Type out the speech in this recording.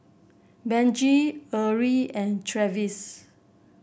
Benji Erie and Travis